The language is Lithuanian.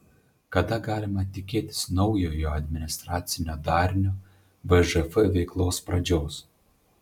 kada galima tikėtis naujojo administracinio darinio vžf veiklos pradžios